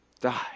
die